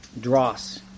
dross